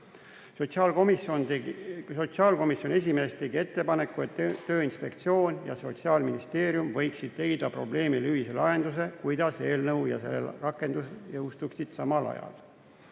Sotsiaalkomisjoni esimees tegi ettepaneku, et Tööinspektsioon ja Sotsiaalministeerium võiksid leida probleemile ühise lahenduse, kuidas eelnõu ja selle rakendus jõustuksid samal ajal.